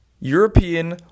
European